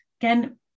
again